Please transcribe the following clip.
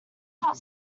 felt